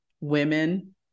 women